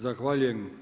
Zahvaljujem.